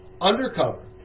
Undercover